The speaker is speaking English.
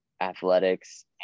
athletics